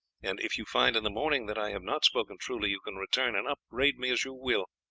and if you find in the morning that i have not spoken truly you can return and upbraid me as you will.